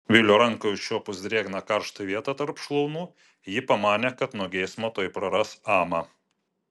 vilio rankai užčiuopus drėgną karštą vietą tarp šlaunų ji pamanė kad nuo geismo tuoj praras amą